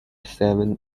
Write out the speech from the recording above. seven